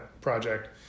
project